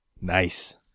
Nice